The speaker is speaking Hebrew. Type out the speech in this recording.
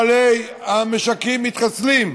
בעלי המשקים מתחסלים.